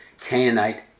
Canaanite